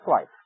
life